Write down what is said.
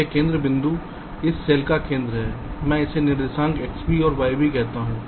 यह केंद्र बिंदु इस सेल का केंद्र मैं इसे निर्देशांक xv और yv कहता हूं